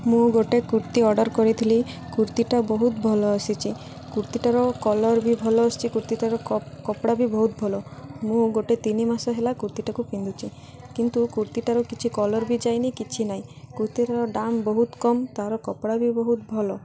ମୁଁ ଗୋଟେ କୁର୍ତ୍ତୀ ଅର୍ଡ଼ର୍ କରିଥିଲି କୁର୍ତ୍ତୀଟା ବହୁତ ଭଲ ଆସିଛି କୁର୍ତ୍ତୀଟାର କଲର୍ ବି ଭଲ ଆସିଛି କୁର୍ତ୍ତୀଟାର କପଡ଼ା ବି ବହୁତ ଭଲ ମୁଁ ଗୋଟେ ତିନି ମାସ ହେଲା କୁର୍ତ୍ତୀଟାକୁ ପିନ୍ଧୁଛି କିନ୍ତୁ କୁର୍ତ୍ତୀଟାର କିଛି କଲର୍ ବି ଯାଇନି କିଛି ନାହିଁ କୁର୍ତ୍ତୀଟାର ଦାମ୍ ବହୁତ କମ୍ ତା'ର କପଡ଼ା ବି ବହୁତ ଭଲ